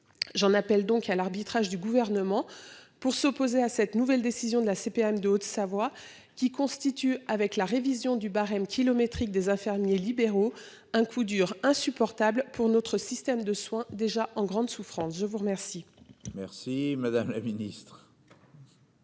J'en appelle donc à l'arbitrage du gouvernement pour s'opposer à cette nouvelle décision de la CPAM de Haute-Savoie qui constitue, avec la révision du barème kilométrique des infirmiers libéraux, un coup dur insupportable pour notre système de soins déjà en grande souffrance. Je vous remercie.